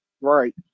Right